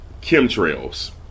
chemtrails